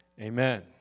amen